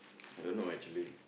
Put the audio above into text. I don't know actually